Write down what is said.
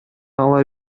ала